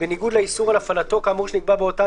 בניגוד לאיסור על הפעלתו כאמור שנקבע באותן